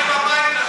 מי המדינות?